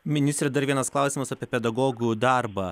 ministre dar vienas klausimas apie pedagogų darbą